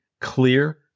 clear